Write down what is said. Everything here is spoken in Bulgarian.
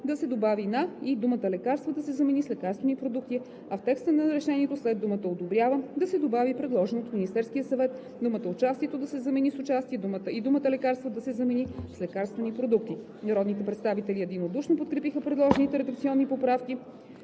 да се добави „на“ и думата „лекарства“ да се замени с „лекарствени продукти“, а в текста на решението след думата „одобрява“ да се добави „предложеното от Министерския съвет“, думата „участието“ да се замени с „участие“ и думата „лекарства“ да се замени с „лекарствени продукти“. Народните представители единодушно подкрепиха предложените редакционни поправки,